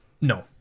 No